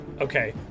Okay